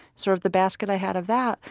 sort of the basket i had of that,